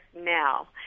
Now